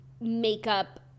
makeup